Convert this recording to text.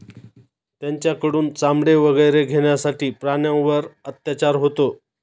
त्यांच्याकडून चामडे वगैरे घेण्यासाठी प्राण्यांवर अत्याचार होतो